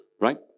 right